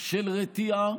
של רתיעה